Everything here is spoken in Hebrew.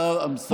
השר אמסלם.